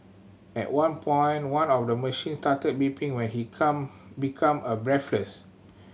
at one point one of the machine started beeping when he come became a breathless